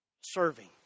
serving